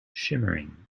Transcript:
shimmering